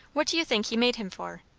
what do you think he made him for?